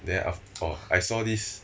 then ah oh I saw this